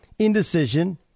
Indecision